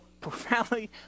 profoundly